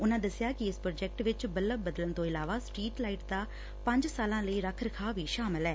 ਉਨੁਾ ਦਸਿਆ ਕਿ ਇਸ ਪ੍ਰੋਜੈਕਟ ਵਿਚ ਬਲੱਬ ਬਦਲਣ ਤੋਂ ਇਲਾਵਾ ਸਟਰੀਟ ਲਾਈਟ ਦਾ ਪੰਜ ਸਾਲਾਂ ਲਈ ਰੱਖ ਰਖਾਅ ਵੀ ਸ਼ਾਮਲ ਐ